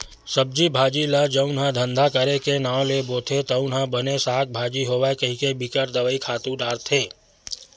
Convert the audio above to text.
सब्जी भाजी ल जउन ह धंधा करे के नांव ले बोथे तउन ह बने साग भाजी होवय कहिके बिकट दवई, खातू डारथे